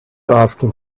asking